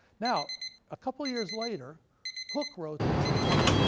now a couple of years later hooke wrote this book,